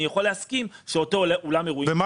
אני יכול להסכים שאותו אולם אירועים --- ומה